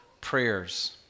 prayers